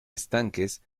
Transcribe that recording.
estanques